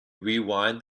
rewind